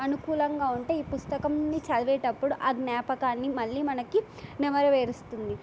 అనుకూలంగా ఉంటే ఈ పుస్తకం చదివేటప్పుడు ఆ జ్ఞాపకాన్ని మళ్ళీ మనకి నెమరవేరుస్తుంది